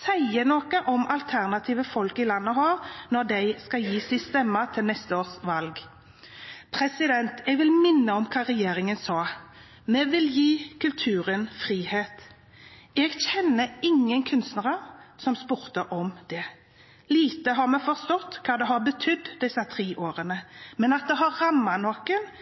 sier noe om alternativet folk her i landet har når de skal gi sin stemme ved neste års valg. Jeg vil minne om hva regjerningen sa: Vi vil gi kulturen frihet! Jeg kjenner ingen kunstnere som har etterspurt det. Lite har vi forstått hva det har betydd disse tre årene, men at det har rammet noen,